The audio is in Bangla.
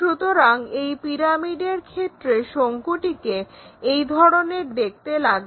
সুতরাং এই পিরামিডের ক্ষেত্রে শঙ্কুটিকে এই ধরনের দেখতে লাগছে